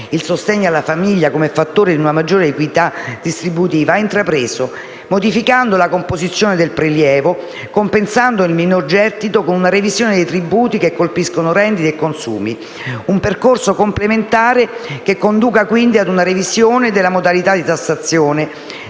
il sostegno alla famiglia come fattore di una maggiore equità distributiva va intrapreso, modificando la composizione del prelievo, compensando il minor gettito con una revisione dei tributi che colpiscono rendite e consumi. Un percorso complementare, che conduca quindi ad una revisione delle modalità di tassazione